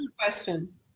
question